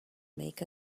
make